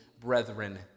brethren